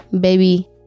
baby